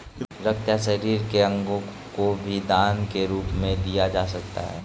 रक्त या शरीर के अंगों को भी दान के रूप में दिया जा सकता है